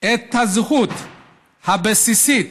את הזכות הבסיסית